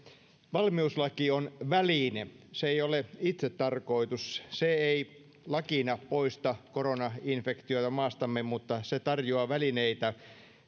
valmiuslaki on väline se ei ole itsetarkoitus se ei lakina poista koronainfektiota maastamme mutta se tarjoaa välineitä